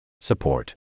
Support